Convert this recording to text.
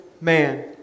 man